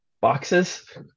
Boxes